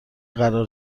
قرار